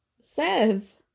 Says